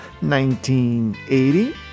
1980